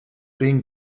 being